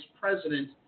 president